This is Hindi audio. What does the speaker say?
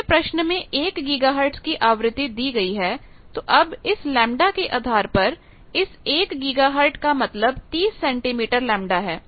हमें प्रश्न में एक गीगाहर्ट की आवृत्ति दी गई है तो अब इस लैम्ब्डा के आधार पर इस एक गीगा हर्ट का मतलब 30 सेंटीमीटर लैम्ब्डा है